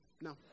no